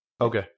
Okay